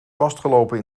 vastgelopen